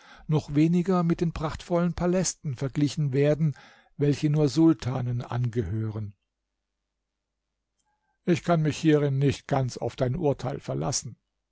noch weniger mit den prachtvollen palästen verglichen werden welche nur sultanen angehören ich kann mich hierin nicht ganz auf dein urteil verlassen